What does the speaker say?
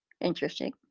interesting